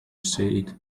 said